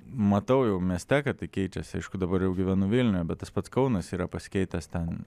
matau jau mieste kad keičiasi aišku dabar jau gyvenu vilniuje bet tas pat kaunas yra pasikeitęs ten